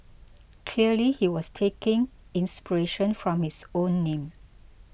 clearly he was taking inspiration from his own name